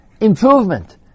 improvement